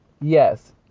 Yes